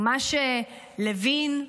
ומה שלוין,